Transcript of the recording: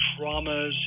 traumas